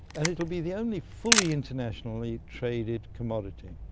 and it will be the only fully internationally traded commodity.